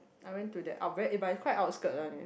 I went to the it but is quite outskirt one eh